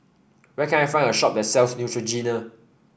where can I find a shop that sells Neutrogena